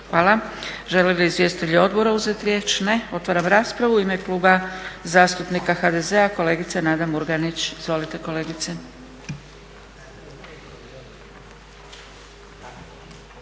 Hvala. Žele li izvjestitelji odbora uzeti riječ? Ne. Otvaram raspravu. U ime Kluba zastupnika HDZ-a, kolegica Nada Murganić. Izvolite kolegice.